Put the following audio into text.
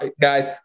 guys